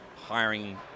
hiring